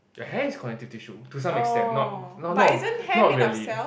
your hair is connective tissue to some extent not not not really